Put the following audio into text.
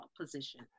position